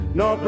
no